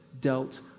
dealt